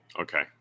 Okay